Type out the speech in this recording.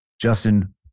Justin